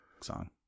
song